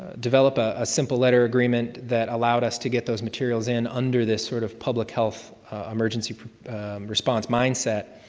develop a ah simple letter agreement that allowed us to get those materials in under this sort of, public health emergency response mindset.